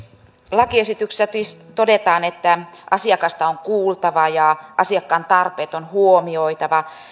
lakiesityksessä siis todetaan että asiakasta on kuultava ja asiakkaan tarpeet on huomioitava